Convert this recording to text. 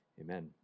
Amen